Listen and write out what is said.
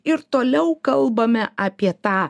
ir toliau kalbame apie tą